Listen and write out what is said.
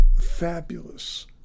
fabulous